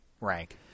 Rank